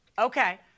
Okay